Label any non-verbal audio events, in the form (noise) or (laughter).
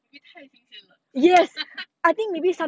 会不会太新鲜了 (laughs)